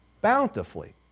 bountifully